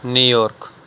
New York